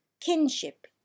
Kinship